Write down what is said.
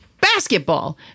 basketball